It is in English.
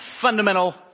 fundamental